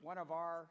one of our